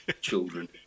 children